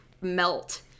melt